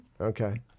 Okay